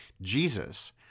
Jesus